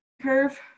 curve